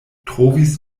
trovis